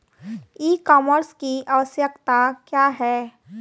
ई कॉमर्स की आवशयक्ता क्या है?